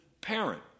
parent